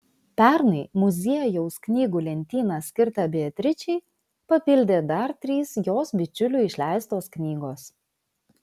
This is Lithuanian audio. pernai muziejaus knygų lentyną skirtą beatričei papildė dar trys jos bičiulių išleistos knygos